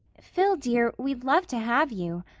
phil dear, we'd love to have you.